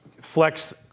flex